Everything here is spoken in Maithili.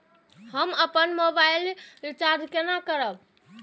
हम अपन मोबाइल रिचार्ज केना करब?